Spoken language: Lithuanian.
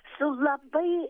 su labai